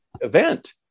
event